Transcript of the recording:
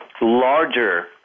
larger